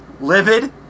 Livid